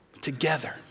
Together